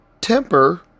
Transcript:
temper